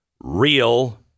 Real